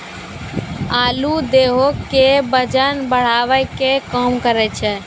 आलू देहो के बजन बढ़ावै के काम करै छै